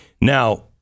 Now